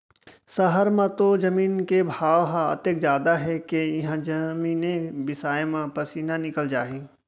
सहर म तो जमीन के भाव ह अतेक जादा हे के इहॉं जमीने बिसाय म पसीना निकल जाही